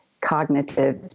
cognitive